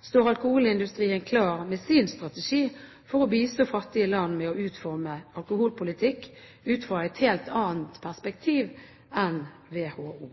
står alkoholindustrien klar med sin strategi for å bistå fattige land med å utforme alkoholpolitikken, ut fra et helt annet perspektiv enn i WHO.